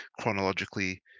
chronologically